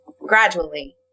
gradually